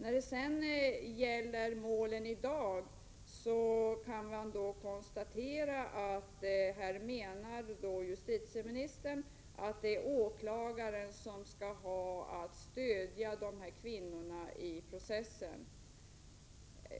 När det sedan gäller målen i dag kan man konstatera att justitieministern menar att det är åklagaren som skall stödja kvinnorna i processen.